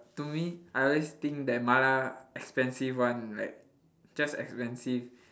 to me I always think that mala expensive [one] like just expensive